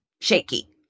Shaky